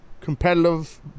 competitive